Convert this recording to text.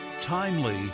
timely